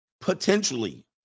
potentially